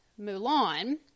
Mulan